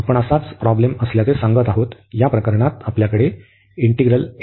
तर आपण असाच प्रॉब्लेम असल्याचे सांगत आहोत या प्रकरणात आपल्याकडे आहे